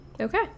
Okay